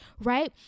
right